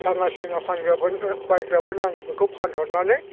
भाङा सिङा फानग्राफोरनो बायग्राफोरनो आं बेखौ फानहरनानै